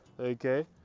Okay